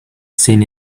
seen